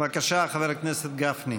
בבקשה, חבר הכנסת גפני.